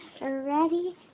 Ready